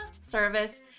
service